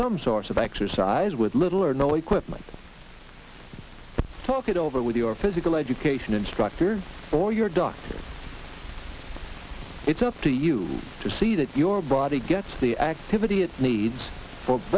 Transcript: some sort of exercise with little or no equipment talk it over with your physical education instructor for your doctor it's up to you to see that your body gets the activity it needs fo